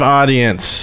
audience